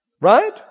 Right